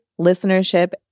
listenership